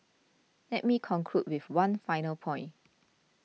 let me conclude with one final point